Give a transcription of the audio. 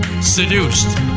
Seduced